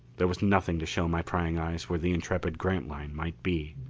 there was nothing to show my prying eyes where the intrepid grantline might be.